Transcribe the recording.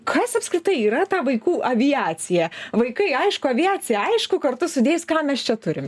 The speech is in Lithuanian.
kas apskritai yra ta vaikų aviacija vaikai aišku aviacija aišku kartu sudėjus ką mes čia turim